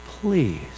Please